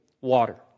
water